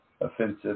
offensive